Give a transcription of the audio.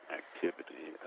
activity